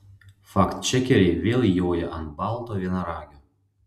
faktčekeriai vėl joja ant balto vienaragio